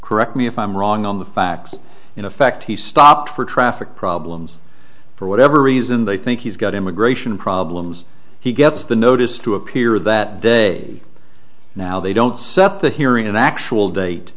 correct me if i'm wrong on the facts in effect he stopped for traffic problems for whatever reason they think he's got immigration problems he gets the notice to appear that day now they don't suck up the hearing an actual date